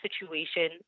situation